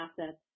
assets